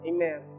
Amen